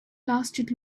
lasted